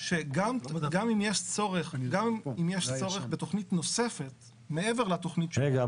שגם אם יש צורך בתכנית נוספת מעבר לתכנית --- רגע,